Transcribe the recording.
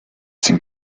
sind